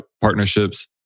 partnerships